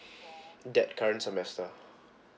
that current semester